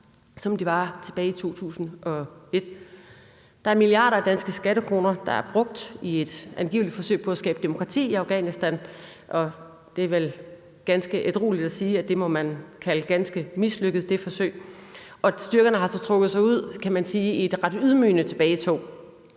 som de var det tilbage i 2001. Der er milliarder af danske skattekroner, der er brugt i et angiveligt forsøg på at skabe demokrati i Afghanistan, og det er vel ganske ædrueligt at sige, at det forsøg må man kalde ganske mislykket, og styrkerne trak sig så ud i et, kan man sige, ret ydmygende tilbagetog